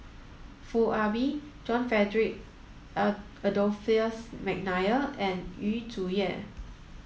Foo Ah Bee John Frederick Adolphus McNair and Yu Zhuye